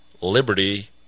Liberty